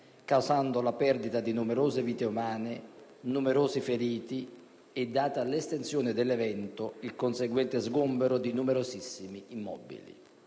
causando la perdita di numerose vite umane, numerosi feriti e, data l'estensione dell'evento, il conseguente sgombero di numerosissimi immobili.